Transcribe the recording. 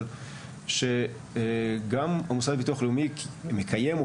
אבל שגם המוסד לביטוח לאומי מקיים או